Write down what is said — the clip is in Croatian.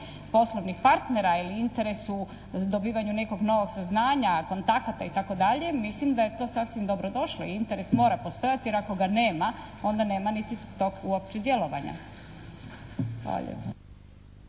poslovnih partnera, ili interes u dobivanju nekog novog saznanja, kontakata itd., mislim da je to sasvim dobro došlo. Interes mora postojati, jer ako ga nema onda nema niti tog uopće djelovanja.